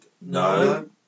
No